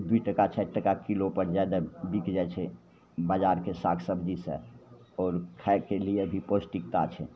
दुइ टका चारि टका किलो जादापर बिकि जाइ छै बजारके साग सबजीसे आओर खाइके लिए भी पौष्टिकता छै